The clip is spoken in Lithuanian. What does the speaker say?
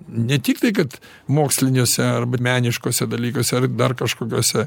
ne tik tai kad moksliniuose arba meniškuose dalykuose ar dar kažkokiuose